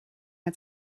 hat